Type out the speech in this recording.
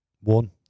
one